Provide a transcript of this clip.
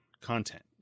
content